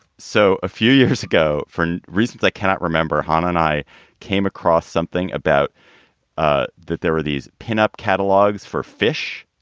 so a few years ago, for reasons i cannot remember and i came across something about ah that there were these pin up catalogs for fish.